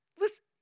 Listen